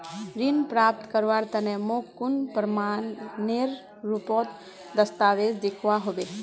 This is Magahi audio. ऋण प्राप्त करवार तने मोक कुन प्रमाणएर रुपोत दस्तावेज दिखवा होबे?